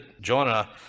Jonah